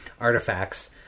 artifacts